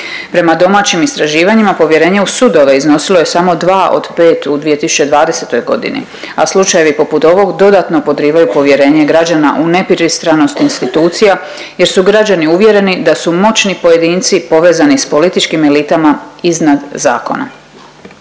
Prema domaćim istraživanjima, povjerenje u sudove iznosilo je samo 2 od 5 u 2020 godini, a slučajevi poput ovog dodatno podrivaju povjerenje građana u nepristranost institucija jer su građani uvjereni da su moćni pojedinci povezani s političkim elitama iznad zakona.